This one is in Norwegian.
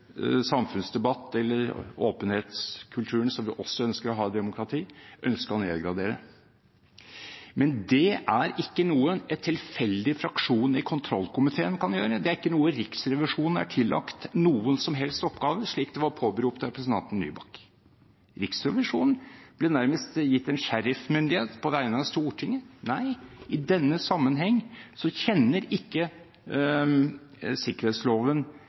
samfunnsdebatt eller åpenhetskulturen, som vi også ønsker å ha i et demokrati, ønsker å nedgradere. Men det er ikke noe en tilfeldig fraksjon i kontrollkomiteen kan gjøre, det er ikke noe Riksrevisjonen er tillagt noen som helst oppgave i, slik det var påberopt av representanten Nybakk. Riksrevisjonen ble nærmest gitt en sheriffmyndighet på vegne av Stortinget. Nei, i denne sammenheng kjenner ikke sikkerhetsloven